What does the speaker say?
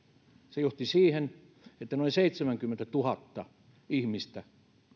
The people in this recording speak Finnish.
se johti siihen että noin seitsemänkymmentätuhatta ihmistä